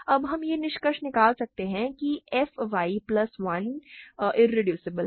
अब हम यह निष्कर्ष निकाल सकते हैं कि f y प्लस 1 इररेदुसिबल है